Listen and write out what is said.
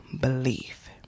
belief